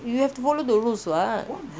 you have to follow the rules [what]